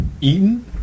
eaten